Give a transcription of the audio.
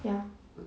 ya